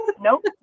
nope